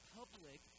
public